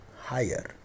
higher